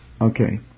Okay